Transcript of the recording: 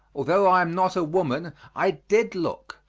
although i am not a woman, i did look,